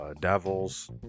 Devils